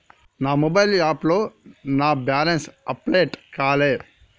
నా మొబైల్ యాప్లో నా బ్యాలెన్స్ అప్డేట్ కాలే